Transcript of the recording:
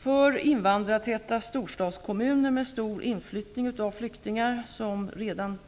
För invandrartäta storstadskommuner med stor inflyttning av flyktingar som redan